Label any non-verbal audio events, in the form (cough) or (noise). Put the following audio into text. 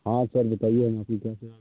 हाँ सर बताइए हम आपकी क्या (unintelligible)